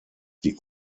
die